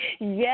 Yes